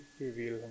reveal